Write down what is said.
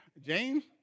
James